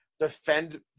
defend